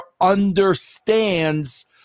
understands